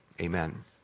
amen